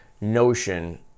notion